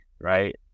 right